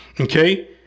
Okay